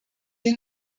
den